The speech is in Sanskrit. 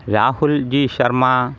राहुल्जि शर्मा